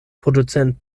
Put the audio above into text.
produzent